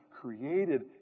created